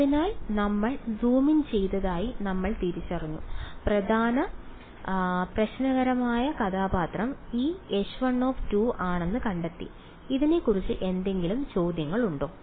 അതിനാൽ നമ്മൾ zoom in ചെയ്തതായി നമ്മൾ തിരിച്ചറിഞ്ഞു പ്രധാന പ്രശ്നകരമായ കഥാപാത്രം ഈ H1 ആണെന്ന് കണ്ടെത്തി ഇതിനെക്കുറിച്ച് എന്തെങ്കിലും ചോദ്യങ്ങളുണ്ടോ